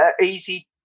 easy